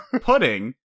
Pudding